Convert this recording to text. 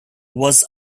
was